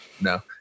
no